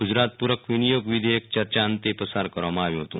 ગુજરાત પૂરક વિનિયોગ વિધેયક ચર્ચા અંતે પસાર કરવામાં આવ્યું હતું